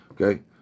Okay